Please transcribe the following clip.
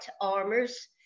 armors